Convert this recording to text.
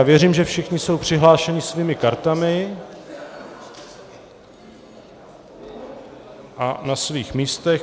Já věřím, že všichni jsou přihlášeni svými kartami a na svých místech.